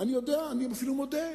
אני אפילו מודה.